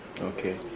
okay